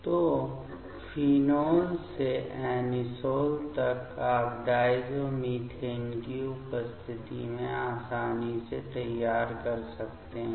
तो फिनोल से ऐनिसोल तक आप डायज़ोमीथेन की उपस्थिति में आसानी से तैयार कर सकते हैं